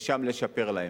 ושם לשפר להם.